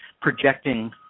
projecting